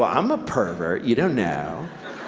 um i'm a pervert. you don't know?